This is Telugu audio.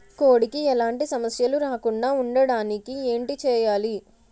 కోడి కి ఎలాంటి సమస్యలు రాకుండ ఉండడానికి ఏంటి చెయాలి?